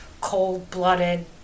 cold-blooded